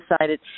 decided